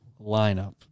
lineup